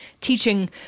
teaching